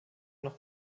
noch